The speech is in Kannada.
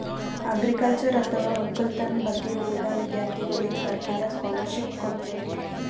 ಅಗ್ರಿಕಲ್ಚರ್ ಅಥವಾ ವಕ್ಕಲತನ್ ಬಗ್ಗೆ ಓದಾ ವಿಧ್ಯರ್ಥಿಗೋಳಿಗ್ ಸರ್ಕಾರ್ ಸ್ಕಾಲರ್ಷಿಪ್ ಕೊಡ್ತದ್